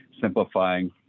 simplifying